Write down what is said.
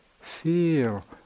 feel